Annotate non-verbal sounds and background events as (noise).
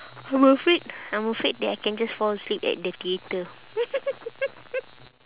I'm afraid I'm afraid that I can just fall asleep at the theatre (laughs)